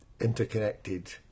interconnected